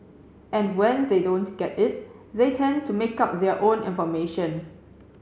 and when they don't get it they tend to make up their own information